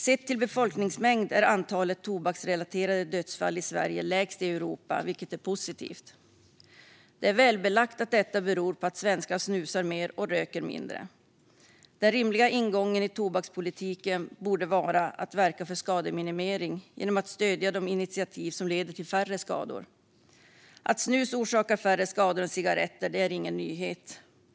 Sett till befolkningsmängd är antalet tobaksrelaterade dödsfall i Sverige lägst i Europa, vilket är positivt. Det är välbelagt att detta beror på att svenskar snusar mer och röker mindre. Den rimliga ingången i tobakspolitiken borde vara att verka för skademinimering genom att stödja de initiativ som leder till färre skador. Att snus orsakar färre skador än cigaretter är ingen nyhet.